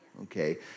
Okay